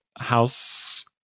house